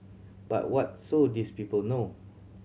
but what so these people know